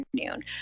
afternoon